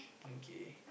okay